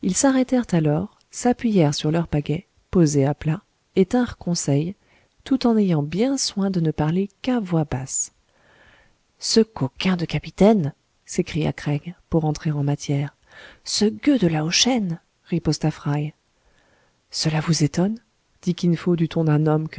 s'arrêtèrent alors s'appuyèrent sur leur pagaie posée à plat et tinrent conseil tout en ayant bien soin de ne parler qu'à voix basse ce coquin de capitaine s'écria craig pour entrer en matière ce gueux de lao shen riposta fry cela vous étonne dit kin fo du ton d'un homme